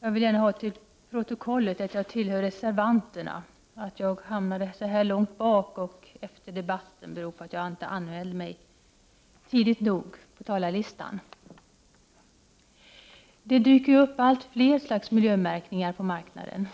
Jag vill gärna ha till protokollet antecknat att jag tillhör reservanterna. Att jag hamnade så här långt ned på talarlistan beror på att jag inte anmälde mig som talare i tid. Det dyker upp allt fler olika slags miljömärkningar på marknaden.